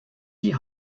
die